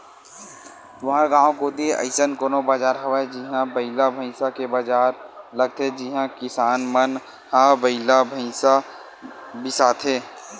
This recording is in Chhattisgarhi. तुँहर गाँव कोती अइसन कोनो बजार हवय जिहां बइला भइसा के बजार लगथे जिहां किसान मन ह बइला भइसा बिसाथे